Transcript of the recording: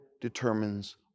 determines